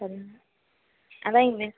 sorry ma'am அதான் எங்க வே